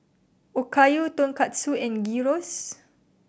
Okayu Tonkatsu and Gyros